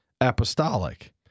apostolic